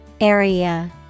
Area